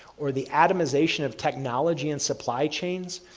or the atomization of technology and supply chains.